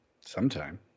Sometime